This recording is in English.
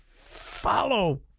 follow